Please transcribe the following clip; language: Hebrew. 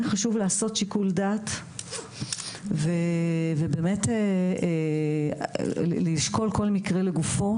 חשוב לעשות שיקול דעת ובאמת לשקול כל מקרה לגופו